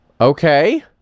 okay